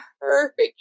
perfect